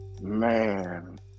man